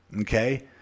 Okay